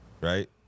right